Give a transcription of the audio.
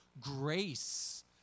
grace